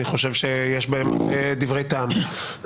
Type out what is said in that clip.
אני חושב שיש בזה דברי טעם,